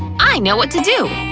i know what to do!